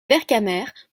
vercamer